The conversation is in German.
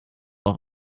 auch